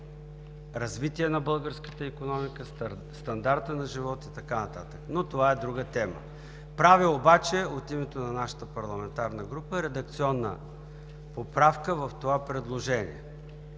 развитие на българската икономика, стандарта на живот и така нататък, но това е друга тема. От името на нашата парламентарна група правя обаче редакционна поправка в предложението